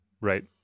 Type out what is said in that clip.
Right